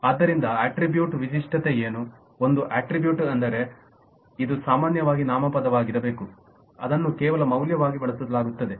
ಆದ್ದರಿಂದ ಅಟ್ರಿಬ್ಯೂಟ್ ವಿಶಿಷ್ಟತೆ ಏನು ಒಂದು ಅಟ್ರಿಬ್ಯೂಟ್ ಎಂದರೆ ಇದು ಸಾಮಾನ್ಯವಾಗಿ ನಾಮಪದವಾಗಿರಬೇಕು ಅದನ್ನು ಕೇವಲ ಮೌಲ್ಯವಾಗಿ ಬಳಸಲಾಗುತ್ತದೆ